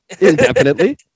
Indefinitely